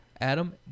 Adam